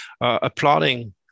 applauding